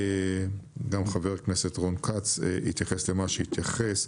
גם חבר הכנסת רון כץ התייחס למה שהתייחס.